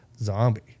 zombie